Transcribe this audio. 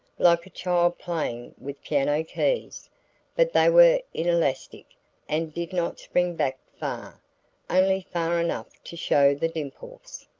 like a child playing with piano-keys, but they were inelastic and did not spring back far only far enough to show the dimples.